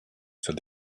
said